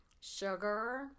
sugar